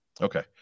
Okay